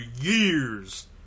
years